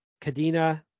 Cadena